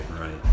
right